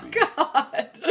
god